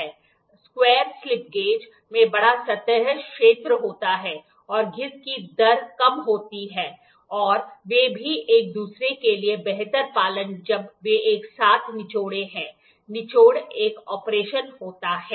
square slip gauge में बड़ा सतह क्षेत्र होता है और घिस की दर कम होती हैवे भी एक दूसरे के लिए बेहतर पालन जब वे एक साथ निछोडे हैं निछोड एक ऑपरेशन होता है